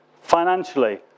financially